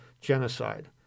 genocide